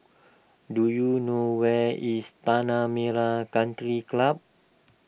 do you know where is Tanah Merah Country Club